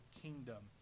kingdom